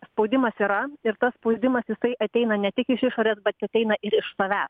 spaudimas yra ir tas spaudimas jisai ateina ne tik iš išorės bet ateina ir iš tavęs